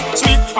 sweet